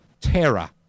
terror